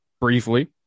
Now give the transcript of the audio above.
Briefly